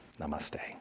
Namaste